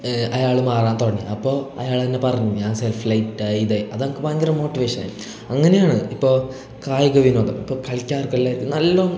അയാൾ മാറാത്തോണ് അപ്പോൾ അയാളന്നെ പറഞ്ഞ് ആ സെൽഫ് ലൈറ്റായി ദേ അതെനിക്ക് ഭയങ്കര മോട്ടിവേഷനായി അങ്ങനെയാണ് ഇപ്പോൾ കായിക വിനോദം ഇപ്പം കളിക്കാർക്കെല്ലാം നല്ലോം